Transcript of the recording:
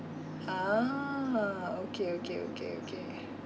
ah okay okay okay okay